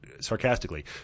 sarcastically